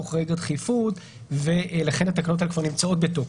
חריגות דחיפות ולכן התקנות האלה כבר נמצאות בתוקף.